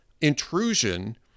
intrusion